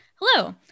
Hello